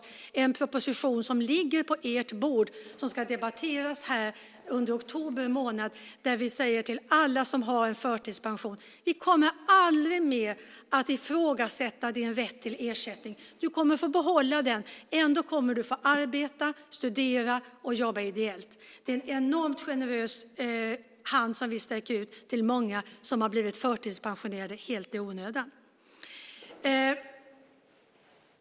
Det ligger en proposition på riksdagens bord som ska debatteras här under oktober månad. Där säger vi till alla som har en förtidspension att vi aldrig mer kommer att ifrågasätta deras rätt till ersättning. De kommer att få behålla den. Ändå kommer de att få arbeta, studera och jobba ideellt. Det är en enormt generös hand som vi sträcker ut till många som har blivit förtidspensionerade helt i onödan.